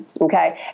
Okay